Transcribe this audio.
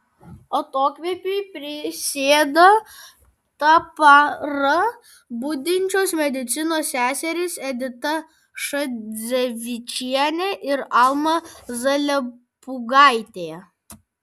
atokvėpiui prisėda tą parą budinčios medicinos seserys edita šadzevičienė ir alma zalepūgaitė